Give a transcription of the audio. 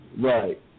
right